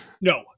No